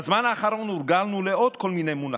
בזמן האחרון הורגלנו לעוד כל מיני מונחים.